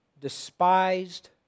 despised